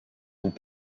vous